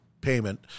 payment